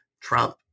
Trump